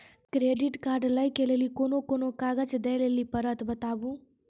Credit card लै के लेली कोने कोने कागज दे लेली पड़त बताबू?